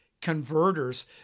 converters